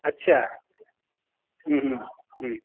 اچھا ہوں ہوں ہوں